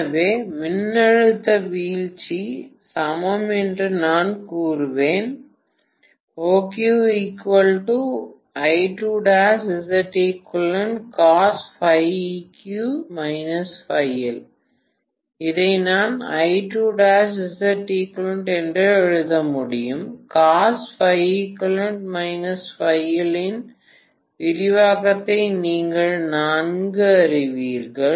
எனவே மின்னழுத்த வீழ்ச்சி சமம் என்று நான் கூறுவேன் இதை நான் என்று எழுத முடியும் இன் விரிவாக்கத்தை நீங்கள் நன்கு அறிவீர்கள்